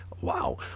Wow